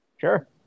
Sure